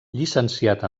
llicenciat